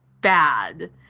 bad